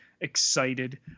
Excited